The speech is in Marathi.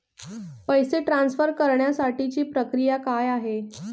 पैसे ट्रान्सफर करण्यासाठीची प्रक्रिया काय आहे?